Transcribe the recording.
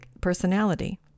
personality